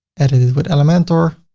edit it with elementor.